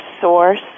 source